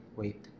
wait